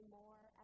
more